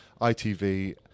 ITV